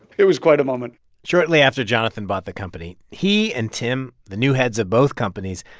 it was quite a moment shortly after jonathan bought the company, he and tim, the new heads of both companies,